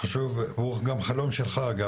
והוא גם חלום שלך אגב,